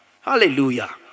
Hallelujah